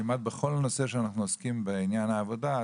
כמעט בכל נושא שאנחנו עוסקים בעניין העבודה,